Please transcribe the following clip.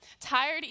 tired